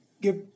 give